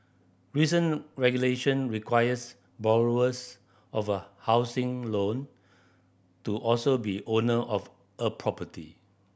recent regulation requires borrowers of a housing loan to also be owner of a property